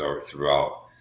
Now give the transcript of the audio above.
throughout